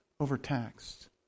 overtaxed